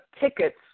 tickets